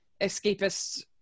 escapist